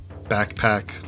backpack